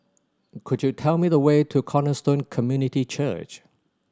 could you tell me the way to Cornerstone Community Church